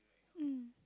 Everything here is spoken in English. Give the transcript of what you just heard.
mm